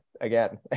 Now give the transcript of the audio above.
again